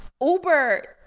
Uber